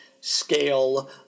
scale